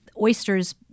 oysters